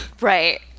right